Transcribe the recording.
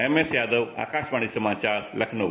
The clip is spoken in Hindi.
एम एस यादव आकाशवाणी समाचार लखनऊ